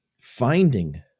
finding